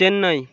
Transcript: Chennai